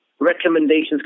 recommendations